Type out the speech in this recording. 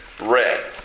red